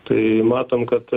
tai matom kad